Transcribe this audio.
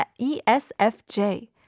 ESFJ